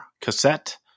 cassette